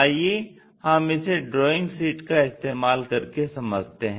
आइये हम इसे ड्राइंग शीट का इस्तेमाल कर के समझते हैं